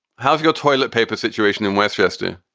how is your toilet paper situation in westchester?